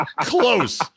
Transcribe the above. close